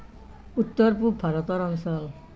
উত্তৰ পূব ভাৰতৰ অঞ্চল